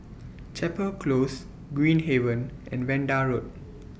Chapel Close Green Haven and Vanda Road